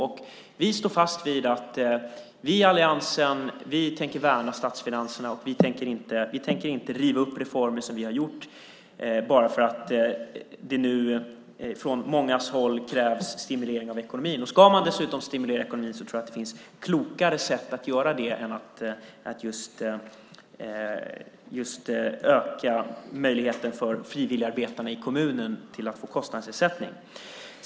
Vi i alliansen står fast vid att vi tänker värna statsfinanserna, och vi tänker inte riva upp reformer som vi har gjort bara för att det nu från många håll krävs stimulanser av ekonomin. Ska man dessutom stimulera ekonomin tror jag att det finns klokare sätt att göra det än genom att just öka möjligheten för frivilligarbetarna i kommunen att få kostnadsersättning.